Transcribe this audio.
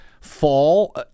fall